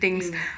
thing